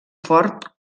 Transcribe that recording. fort